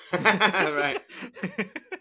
Right